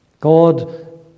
God